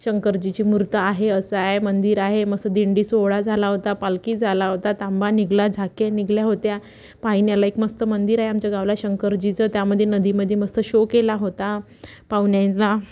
शंकरजीची मूर्त आहे असं आहे मंदिर आहे मस्त दिंडी सोहळा झाला होता पालखी झाला होता तांबा निघाला झाक्या निघाल्या होत्या पाहण्याला एक मस्त मंदिर आहे आमच्या गावला शंकरजीचं त्यामध्ये नदी मध्ये मस्त शो केला होता पाहुण्याला